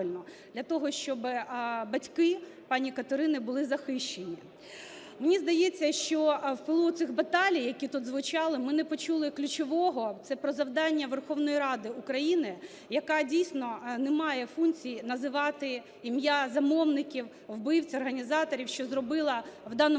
для того, щоб батьки пані Катерини були захищені. Мені здається, що в пилу цих баталій, які тут звучали, ми не почули ключового – це про завдання Верховної Ради України, яка, дійсно, не має функцій називати ім'я замовників, вбивць, організаторів, що зробили в даному